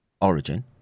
origin